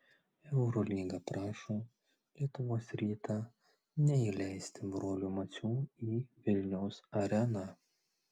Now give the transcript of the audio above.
eurolyga prašo lietuvos rytą neįleisti brolių macių į vilniaus areną